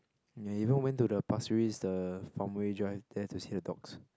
we even went to the Pasir-Ris the Farmway Drive there to see the dogs